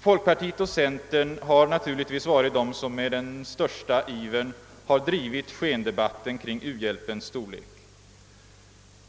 Folkpartiet och centern har naturligtvis varit de som med den största ivern har drivit skendebatten kring u-hjälpens storlek.